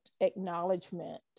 acknowledgement